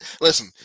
Listen